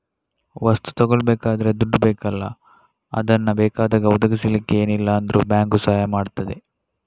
ವಸ್ತು ತಗೊಳ್ಬೇಕಾದ್ರೆ ದುಡ್ಡು ಬೇಕಲ್ಲ ಅದನ್ನ ಬೇಕಾದಾಗ ಒದಗಿಸಲಿಕ್ಕೆ ಏನಿಲ್ಲ ಅಂದ್ರೂ ಬ್ಯಾಂಕು ಸಹಾಯ ಮಾಡ್ತದೆ